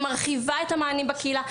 היא מרחיבה את המענים בקהילה.